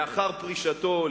לאחר פרישתו,